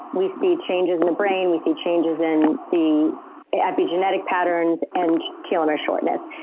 we see changes in the brain. we see changes in the epigenetic patterns and telomere shortness.